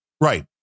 Right